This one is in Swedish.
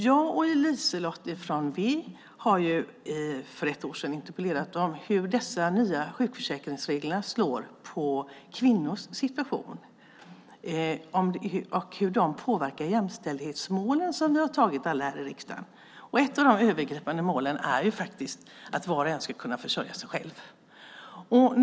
Jag och LiseLotte från Vänsterpartiet har för ett år sedan interpellerat om hur de nya sjukförsäkringsreglerna slår på kvinnors situation och hur de påverkar de jämställdhetsmål som vi alla här i riksdagen har antagit. Ett av de övergripande målen är att var och en ska kunna försörja sig själv.